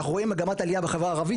אנחנו רואים מגמת עלייה בחברה הערבית.